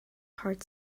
heart